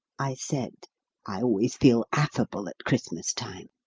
i said i always feel affable at christmas time.